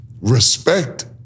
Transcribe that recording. respect